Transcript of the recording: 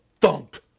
thunk